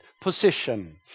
position